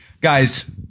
Guys